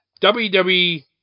WWE